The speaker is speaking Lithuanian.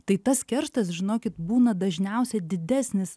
tai tas kerštas žinokit būna dažniausiai didesnis